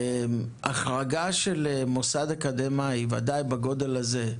החרגה של מוסד אקדמאי ודאי בגודל הזה,